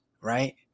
right